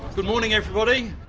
but morning everybody,